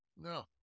No